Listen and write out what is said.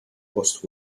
post